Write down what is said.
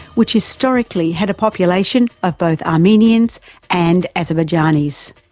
which historically had a population of both armenians and azerbaijanis.